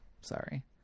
Sorry